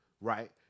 right